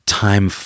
time